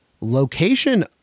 location